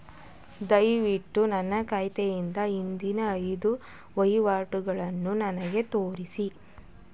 ದಯವಿಟ್ಟು ನನ್ನ ಖಾತೆಯಿಂದ ಹಿಂದಿನ ಐದು ವಹಿವಾಟುಗಳನ್ನು ನನಗೆ ತೋರಿಸಿ